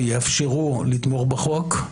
שיאפשרו לתמוך בחוק.